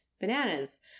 bananas